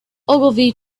ogilvy